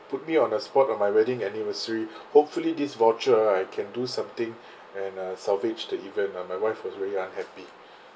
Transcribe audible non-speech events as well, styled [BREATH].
put me on the spot on my wedding anniversary hopefully this voucher I can do something [BREATH] and uh salvage the event uh my wife was very unhappy